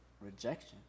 Rejection